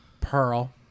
Pearl